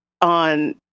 on